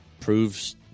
proves